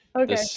okay